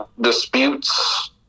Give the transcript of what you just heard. disputes